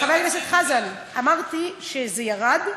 חבר הכנסת חזן, אמרתי שזה ירד,